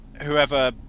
whoever